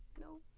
No